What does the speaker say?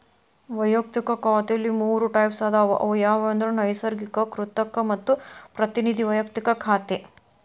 ವಯಕ್ತಿಕ ಖಾತೆಲಿ ಮೂರ್ ಟೈಪ್ಸ್ ಅದಾವ ಅವು ಯಾವಂದ್ರ ನೈಸರ್ಗಿಕ, ಕೃತಕ ಮತ್ತ ಪ್ರತಿನಿಧಿ ವೈಯಕ್ತಿಕ ಖಾತೆ